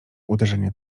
uderzenie